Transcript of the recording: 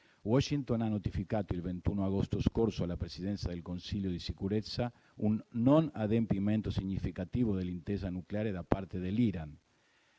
Washington ha notificato il 21 agosto scorso alla Presidenza del Consiglio di sicurezza un non adempimento significativo dell'Intesa nucleare da parte dell'Iran.